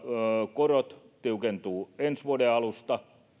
korot tiukentuvat ensi vuoden alusta